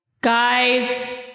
Guys